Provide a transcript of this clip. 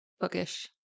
bookish